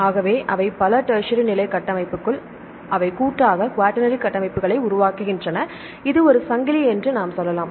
ஆகவே அவை பல டெர்ஸ்சரி நிலை கட்டமைப்புகள் அவை கூட்டாக குவாட்டர்னரி கட்டமைப்புகளை உருவாக்குகின்றன இது ஒரு சங்கிலி என்று நாம் சொல்லலாம்